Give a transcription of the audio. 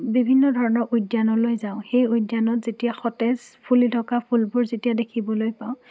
বিভিন্ন ধৰণৰ উদ্যানলৈ যাওঁ সেই উদ্যানত যেতিয়া সতেজ ফুলি থকা ফুলবোৰ যেতিয়া দেখিবলৈ পাওঁ